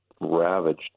ravaged